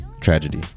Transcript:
Tragedy